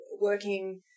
working